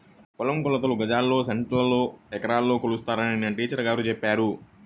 పొలం కొలతలు గజాల్లో, సెంటుల్లో, ఎకరాల్లో కొలుస్తారని నిన్న టీచర్ గారు చెప్పారు